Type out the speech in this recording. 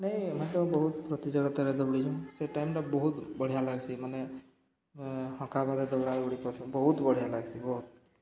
ନାଇଁ ଆମେ ତ ବହୁତ ପ୍ରତିଯୋଗତାରେ ଦୌଡ଼ିଛୁଁ ସେ ଟାଇମଟା ବହୁତ ବଢ଼ିଆ ଲାଗ୍ସି ମାନେ ହଙ୍କବାଦ ଦୌଡ଼ଦୌଡ଼ି କରୁଛୁ ବହୁତ ବଢ଼ିଆ ଲାଗ୍ସି ବହୁତ